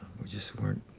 we just weren't.